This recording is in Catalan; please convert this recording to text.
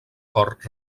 cort